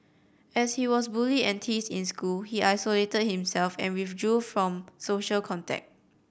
as he was bullied and teased in school he isolated himself and withdrew from social contact